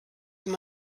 wenn